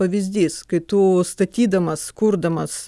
pavyzdys kai tu statydamas kurdamas